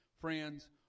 Friends